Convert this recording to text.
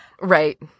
right